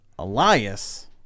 Elias